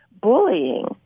bullying